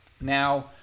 Now